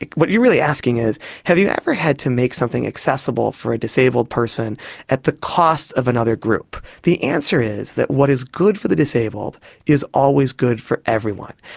like what you are really asking is have you ever had to make something accessible for a disabled person at the cost of another group? the answer is that what is good for the disabled is always good for everyone.